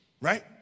right